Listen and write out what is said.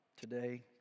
today